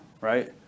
right